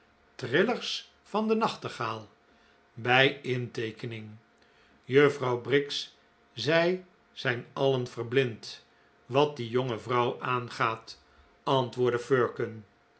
trillers van den nachtegaal bij inteekening juffrouw briggs zij zijn alien verblind wat die jonge vrouw aangaat ant woordde firkin